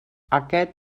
aquest